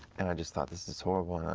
and i just thought, this is horrible.